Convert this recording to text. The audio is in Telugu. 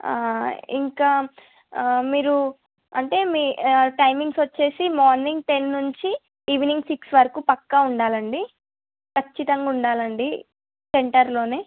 ఇంకా మీరు అంటే మీ టైమింగ్సొచ్చేసి మార్నింగ్ టెన్ నుంచి ఈవినింగ్ సిక్స్ వరకు పక్కా ఉండాలండి ఖచ్చితంగా ఉండాలండి సెంటర్లోనే